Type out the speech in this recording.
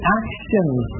actions